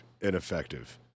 ineffective